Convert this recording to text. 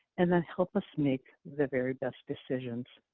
and then help us make the very best decisions.